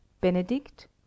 Benedict